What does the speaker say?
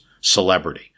celebrity